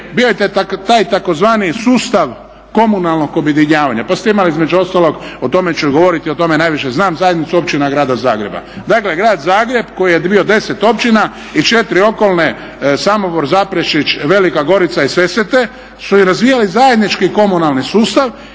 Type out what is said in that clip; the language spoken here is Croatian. bio je taj tzv. sustav komunalnog objedinjavanja pa ste imali između ostalog, o tome ću govoriti, o tome najviše znam, Zajednicu općina grada Zagreba. Dakle Grad Zagreb koji je bio 10 općina i 4 okolne: Samobor, Zaprešić, Velika Gorica i Sesvete su i razvijali zajednički komunalni sustav